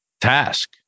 task